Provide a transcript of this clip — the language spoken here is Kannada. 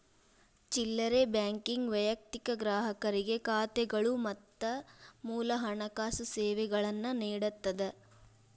ಚಿಲ್ಲರೆ ಬ್ಯಾಂಕಿಂಗ್ ವೈಯಕ್ತಿಕ ಗ್ರಾಹಕರಿಗೆ ಖಾತೆಗಳು ಮತ್ತ ಮೂಲ ಹಣಕಾಸು ಸೇವೆಗಳನ್ನ ನೇಡತ್ತದ